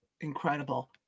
incredible